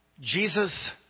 Jesus